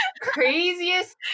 craziest